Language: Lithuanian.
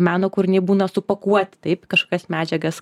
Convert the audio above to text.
meno kūriniai būna supakuoti taip kažkokias medžiagas